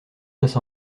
passe